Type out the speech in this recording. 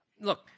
Look